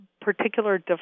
particular